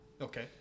Okay